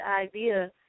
idea